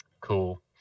cool